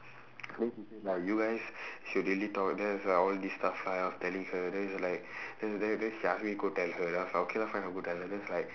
then she said like you guys should really talk then I was like all these stuff right I was telling her then it's like then then then she ask me go tell her then I was like okay lah fine I go tell her then it's like